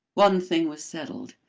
one thing was settled.